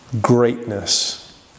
greatness